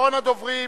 אחרון הדוברים,